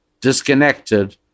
disconnected